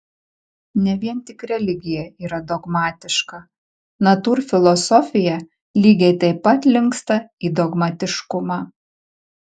ne vien tik religija yra dogmatiška natūrfilosofija lygiai taip pat linksta į dogmatiškumą